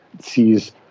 Sees